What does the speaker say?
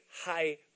high